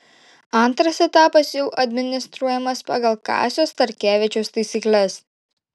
antras etapas jau administruojamas pagal kazio starkevičiaus taisykles